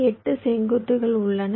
8 செங்குத்துகள் உள்ளன